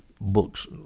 books